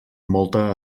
molta